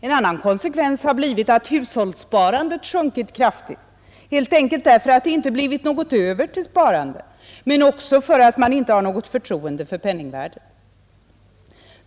En annan konsekvens har blivit att hushållssparandet har sjunkit kraftigt, helt enkelt därför att det inte har blivit något över till sparande men också därför att man inte har något förtroende för penningvärdet.